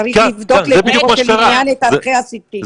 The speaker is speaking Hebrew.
צריך לבדוק לגופו של עניין את ערכי ה-CT.